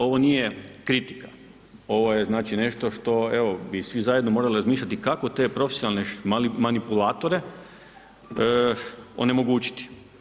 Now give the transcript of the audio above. Ovo nije kritika, ovo je znači nešto što evo bi i svi zajedno morali razmišljati kako te profesionalne manipulatore onemogućiti.